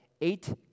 Eight